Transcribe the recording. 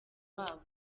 wabo